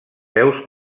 veus